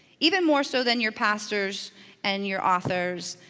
even more so than your pastors and your authors,